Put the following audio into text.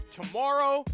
tomorrow